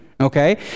Okay